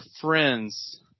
friends